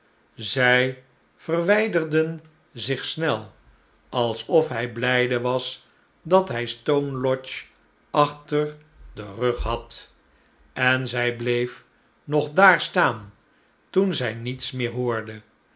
zij verwijderden zich snel alsof hi blijde was dat luj stone lodge achter den rug had en zij bleef nog daar staan toen zij niets meer hoorde